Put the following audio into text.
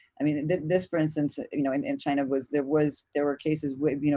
i mean this for instance, ah you know in china was, there was, there were cases where, you know,